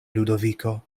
ludoviko